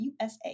USA